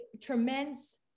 tremendous